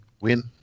Win